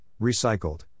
recycled